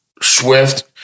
Swift